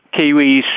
Kiwis